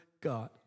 God